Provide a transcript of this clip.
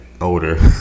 older